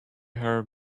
her